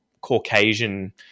Caucasian